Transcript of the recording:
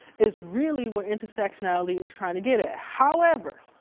is really where intersectionality is trying to get at. however,